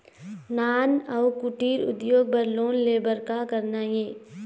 नान अउ कुटीर उद्योग बर लोन ले बर का करना हे?